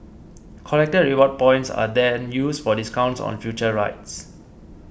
collected reward points are then used for discounts on future rides